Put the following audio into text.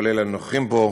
כולל הנוכחים פה,